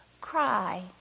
cry